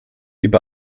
über